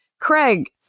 Craig